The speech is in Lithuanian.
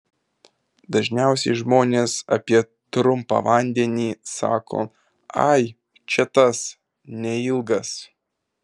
dažniausiai žmonės apie trumpą vandenį sako ai čia tas neilgas